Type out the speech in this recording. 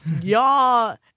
Y'all